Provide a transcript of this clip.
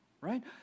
right